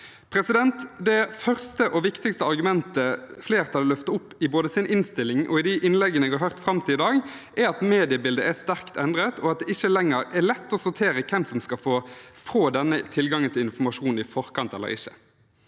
mer sårbar. Det første og viktigste argumentet flertallet løfter opp både i sin innstilling og i de innleggene jeg har hørt fram til i dag, er at mediebildet er sterkt endret, og at det ikke lenger er lett å sortere hvem som skal eller ikke skal få denne tilgangen til informasjon i forkant. Denne